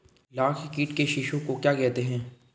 लाख कीट के शिशु को क्या कहते हैं?